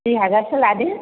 दुइ हाजारसो लादो